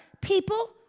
people